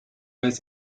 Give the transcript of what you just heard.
vez